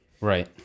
Right